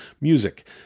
music